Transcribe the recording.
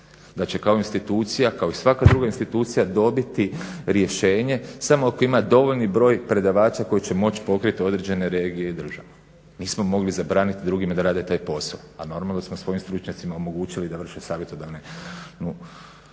da će kao institucija, kao i svaka druga institucija dobiti rješenje samo ako ima dovoljni broj predavača koji će moći pokrit određene regije i države. Mi smo mogli zabranit drugima da rade taj posao, a normalno da smo svojim stručnjacima omogućili da vrše savjetodavnu